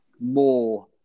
more